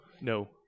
No